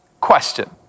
Question